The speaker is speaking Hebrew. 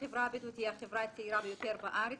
החברה הבדואית היא החברה הצעירה ביותר בארץ